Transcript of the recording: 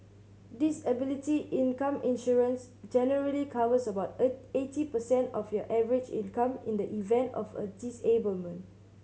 disability income insurance generally covers about eighty percent of your average income in the event of a disablement